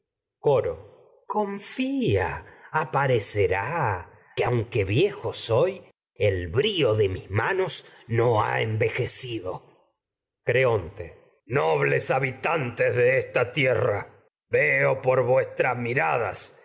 coro confía aparecerá que aunque no viejo soy el brío de mis manos ha envejecido creonte nobles habitantes de esta vuestras tierra veo por miradas